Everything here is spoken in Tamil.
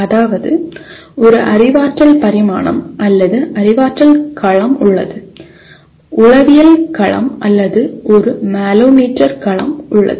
அதாவது ஒரு அறிவாற்றல் பரிமாணம் அல்லது அறிவாற்றல் களம் உள்ளது உளவியல் களம் அல்லது ஒரு மனோமோட்டர் களம் உள்ளது